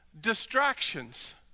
distractions